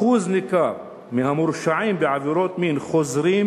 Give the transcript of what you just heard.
אחוז ניכר מהמורשעים בעבירות מין חוזרים